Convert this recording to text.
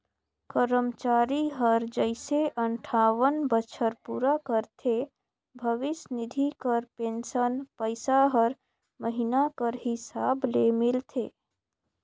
करमचारी हर जइसे अंठावन बछर पूरा करथे भविस निधि कर पेंसन पइसा हर महिना कर हिसाब ले मिलथे